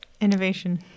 Innovation